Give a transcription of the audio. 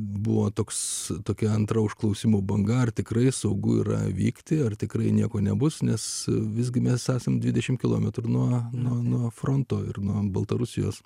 buvo toks tokia antra užklausimų banga ar tikrai saugu yra vykti ar tikrai nieko nebus nes visgi mes esam dvidešim kilometrų nuo nuo fronto ir nuo baltarusijos